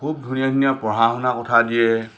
খুব ধুনীয়া ধুনীয়া পঢ়া শুনা কথা দিয়ে